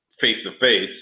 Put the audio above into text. face-to-face